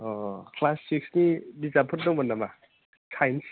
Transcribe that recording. अ' class सिक्सनि बिजाबफोर दंमोन नामा साइन्स